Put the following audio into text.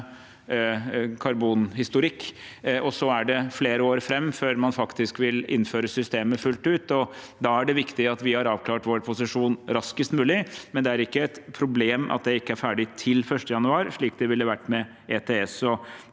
og så er det flere år fram før man faktisk vil innføre systemet fullt ut. Det er viktig at vi har avklart vår posisjon raskest mulig, men det er ikke et problem at det ikke er ferdig til 1. januar, slik det ville vært med ETS.